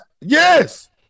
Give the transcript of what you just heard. Yes